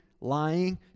lying